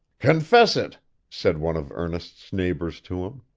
confess it said one of ernest's neighbors to him,